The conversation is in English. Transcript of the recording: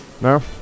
No